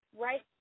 Right